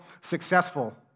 successful